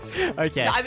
Okay